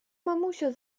mamusia